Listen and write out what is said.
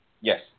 Yes